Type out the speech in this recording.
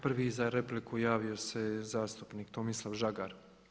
Prvi za repliku javio se zastupnik Tomislav Žagar.